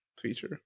feature